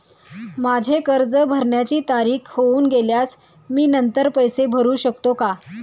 माझे कर्ज भरण्याची तारीख होऊन गेल्यास मी नंतर पैसे भरू शकतो का?